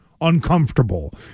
uncomfortable